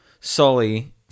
sully